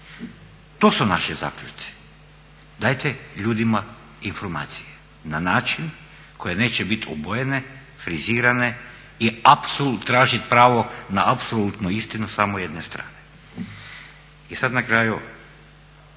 To su naši zaključci. Dajte ljudima informacije na način koje neće biti obojene, frizirane i tražit pravo na apsolutnu istinu samo jedne strane. I sad na kraju